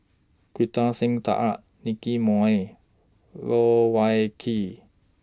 Kartar Singh Nicky Moey Loh Wai Kiew